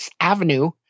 Avenue